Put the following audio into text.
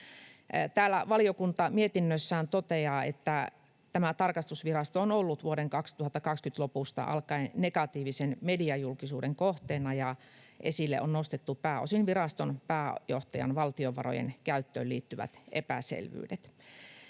Täällä valiokunta mietinnössään toteaa, että tämä tarkastusvirasto on ollut vuoden 2020 lopusta alkaen negatiivisen mediajulkisuuden kohteena ja esille on nostettu pääosin viraston pääjohtajan valtion varojen käyttöön liittyvät epäselvyydet.